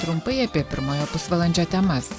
trumpai apie pirmojo pusvalandžio temas